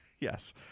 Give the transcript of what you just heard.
Yes